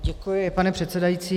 Děkuji, pane předsedající.